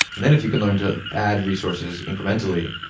and then, if you can learn to add resources incrementally,